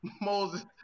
Moses